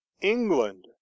England